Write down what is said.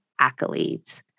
accolades